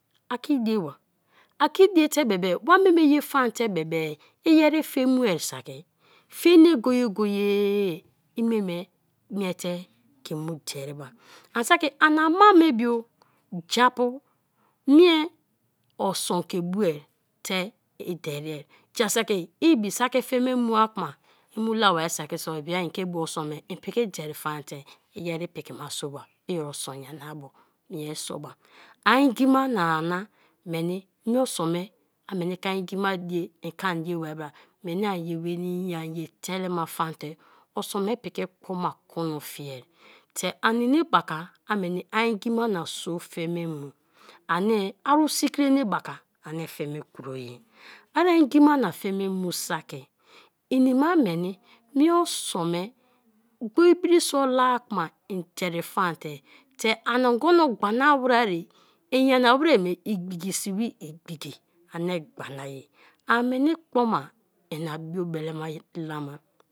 A ke dieba, ake diete bebe, wa mi me ye faan te bebe iyeri fe mu saki fe me go-go-e i me me miete ke mu derei ba, ani saki ani ama me bio ja-apu mie osun ke boate i derei; ja saki ibi saki fe me mua kma i mu la ba saki so e bia en ke boa osun meso en piki deri faan te iyeri pikima so ba; i osun nyana-a bo mie soba, ai ngi ma na na meni mie sun a meni ke ai ngima die ikan ye bai bra meni ai ye nwenii ai ye belema faan te osun me piki kuma kuno fiaar te anie nebaka ai meni ai ngima na so fe me mu anie arusikri nebaka anie fe me kroye; ai ngi ma na fe me mu saki ini ma meni mie sun me gbor biri so la ku ma i deri faan te te ani ogono gbana were i nyana were igbiki sibi igbiki ani gbana ye ani meni kpoma ina bio belema ye la ma.